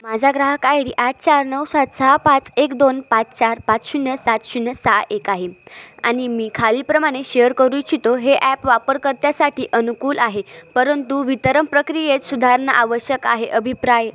माझा ग्राहक I D आठ चार नऊ सात सहा पाच एक दोन पाच चार पाच शून्य सात शून्य सहा एक आहे आणि मी खालीलप्रमाणे शेअर करू इच्छितो हे ॲप वापरकर्त्यासाठी अनुकूल आहे परंतु वितरम प्रक्रियेत सुधारणा आवश्यक आहे अभिप्राय